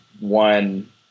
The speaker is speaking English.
one